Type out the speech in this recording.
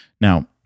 Now